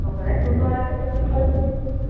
ওখানে টোটো আছে টোটোয় করে ঘুরিয়ে দেবো